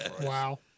Wow